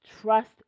Trust